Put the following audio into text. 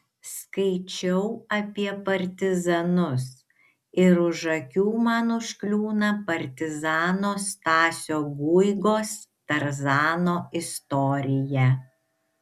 skaičiau apie partizanus ir už akių man užkliūna partizano stasio guigos tarzano istorija